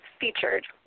featured